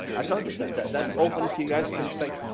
i told you that that that's open to you guys to inspect,